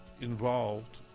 involved